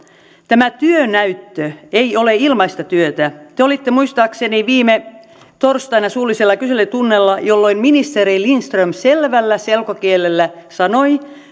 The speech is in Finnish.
tämä työnäyttö ei ole ilmaista työtä te olitte muistaakseni viime torstaina suullisella kyselytunnilla jolloin ministeri lindström selvällä selkokielellä sanoi